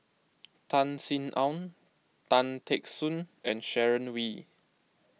Tan Sin Aun Tan Teck Soon and Sharon Wee